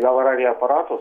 gal radijo aparatų